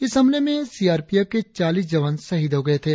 इस हमले में सीआरपीएफ के चालीस जवान शहीद हो गए थे